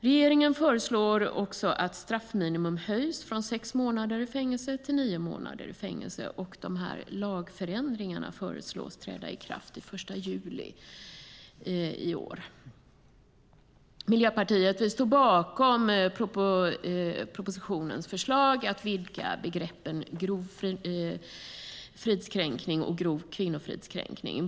Regeringen föreslår också att straffminimum höjs från sex månader i fängelse till nio månader i fängelse. De lagförändringarna föreslås träda i kraft den 1 juli i år. Miljöpartiet står bakom propositionens förslag att vidga begreppen grov fridskränkning och grov kvinnofridskränkning.